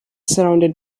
surrounded